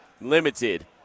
limited